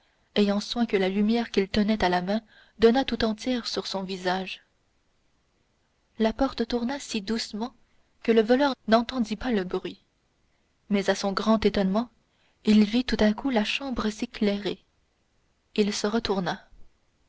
ayant soin que la lumière qu'il tenait à la main donnât tout entière sur son visage la porte tourna si doucement que le voleur n'entendit pas le bruit mais à son grand étonnement il vit tout à coup la chambre s'éclairer il se retourna